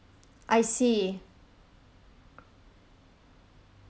I see